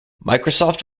microsoft